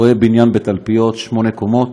רואה בניין בתלפיות, שמונה קומות,